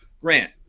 Grant